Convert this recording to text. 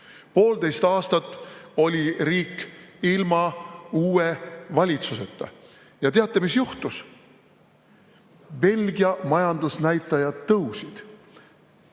Poolteist aastat oli riik ilma uue valitsuseta. Ja teate, mis juhtus? Belgia majandusnäitajad tõusid.